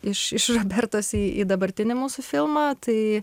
iš iš robertos į į dabartinį mūsų filmą tai